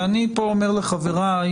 ואני פה שב ואומר לחבריי